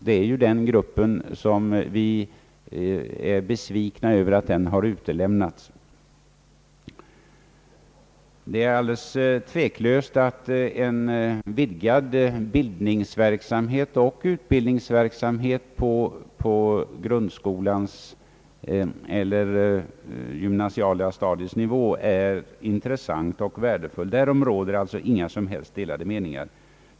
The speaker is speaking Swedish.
Det är ju på grund av att den gruppen utelämnats, som vi blivit så besvikna över propositionen. Det är alldeles tveklöst att en vidgad bildningsoch utbildningsverksamhet på grundskolans eller det gymnasiala stadiets nivå är intressant och värdefull. Därom råder alltså inga som helst delade meningar.